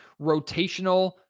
rotational